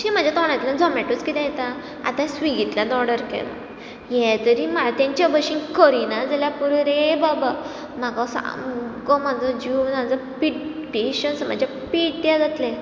शी म्हाज्या तोंडांतल्यान झोमेटोच किद्याक येता आतां स्विगींतल्यान ऑर्डर केलां हें तरी तेंच्या भशेन करिना जाल्या पुरो रे बाबा सामको म्हजो जीव म्हजो पेशंस म्हाजें पिड्ड्यार जालें